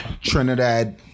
Trinidad